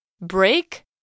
Break